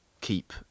keep